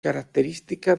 característica